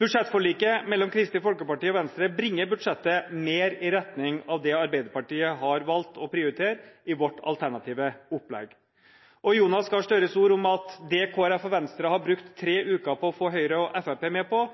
Budsjettforliket mellom Kristelig Folkeparti og Venstre bringer budsjettet mer i retning av det Arbeiderpartiet har valgt å prioritere i sitt alternative opplegg. Jonas Gahr Støres ord om at det Kristelig Folkeparti og Venstre har brukt tre uker på å få Høyre og Fremskrittspartiet med på,